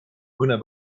mõne